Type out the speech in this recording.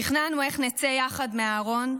תכננו איך נצא יחד מהארון,